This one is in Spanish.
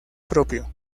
propio